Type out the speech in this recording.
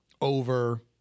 over